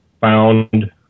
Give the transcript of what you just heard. found